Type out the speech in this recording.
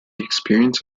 experience